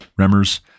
Remmers